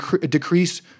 decrease